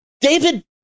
David